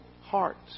hearts